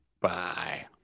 Bye